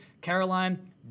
Caroline